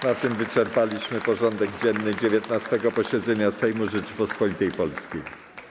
Na tym wyczerpaliśmy porządek dzienny 19. posiedzenia Sejmu Rzeczypospolitej Polskiej.